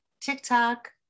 TikTok